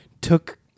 took